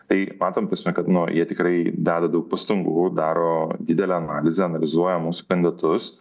tai matom ta prasme kad nu jie tikrai deda daug pastangų daro didelę analizę analizuoja mūsų kandidatus